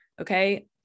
Okay